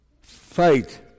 fight